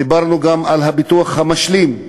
דיברנו גם על הביטוח המשלים,